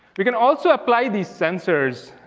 we can also apply these sensors